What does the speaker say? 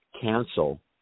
cancel